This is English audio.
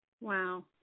wow